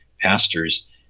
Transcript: pastors